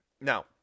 Now